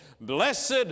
Blessed